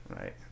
right